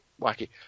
wacky